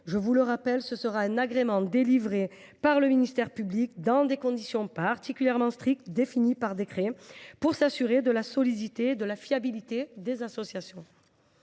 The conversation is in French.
Je le rappelle, l’agrément sera délivré par le ministère public dans des conditions particulièrement strictes définies par décret, afin de s’assurer de la solidité et de la fiabilité de ces associations.